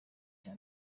cya